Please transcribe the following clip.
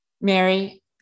Mary